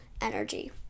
energy